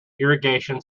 irrigation